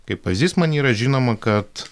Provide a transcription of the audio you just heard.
kaip pavyzdys man yra žinoma kad